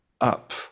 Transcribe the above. up